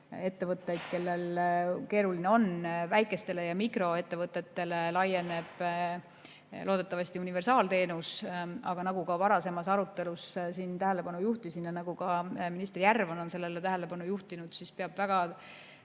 ettevõtteid, kellel keeruline on. Väike- ja mikroettevõtetele laieneb loodetavasti universaalteenus. Aga nagu ma varasemas arutelus siin tähelepanu juhtisin ja nagu ka minister Järvan on öelnud, peab väga